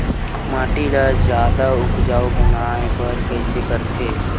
माटी ला जादा उपजाऊ बनाय बर कइसे करथे?